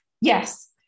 Yes